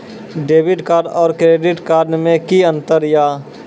Debit card और credit card मे कि अंतर या?